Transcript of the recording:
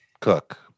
Cook